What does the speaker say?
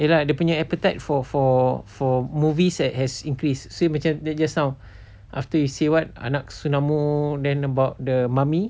iya lah dia punya appetite for for for movies has increased so macam dia punya sound after you see what anak then about the mummy